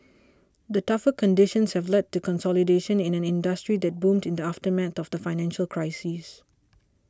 the tougher conditions have led to consolidation in an industry that boomed in the aftermath of the financial crisis